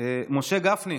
משה גפני,